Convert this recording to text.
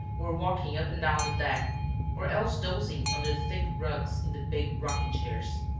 were walking up and down the deck or else dozing under thick rugs in the big rocking-chairs.